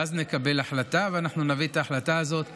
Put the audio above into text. ואז נקבל החלטה ונביא את ההחלטה הזאת בתקנה,